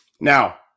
now